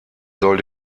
soll